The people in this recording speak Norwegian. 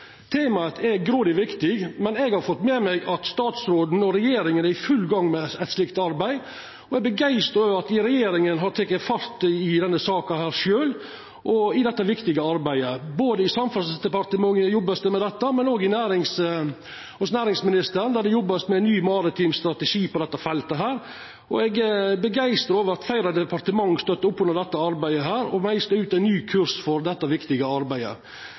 Temaet er grådig viktig, men eg har fått med meg at statsråden og regjeringa er i full gang med eit slikt arbeid, og eg er begeistra over at regjeringa sjølv har sett fart i denne saka og i dette viktige arbeidet. Dette vert det jobba med både i Samferdselsdepartementet og hos næringsministeren, der det vert jobba med ein ny maritim strategi på dette feltet. Eg er begeistra over at fleire departement støttar opp om dette arbeidet og meislar ut ein ny kurs for